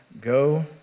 go